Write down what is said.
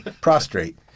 prostrate